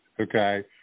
okay